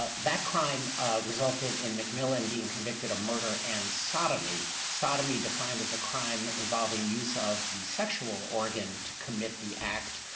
ah that crime resulted in mcmillan being convicted of murder and sodomy, sodomy defined as a crime involving use of the sexual organ to commit the act,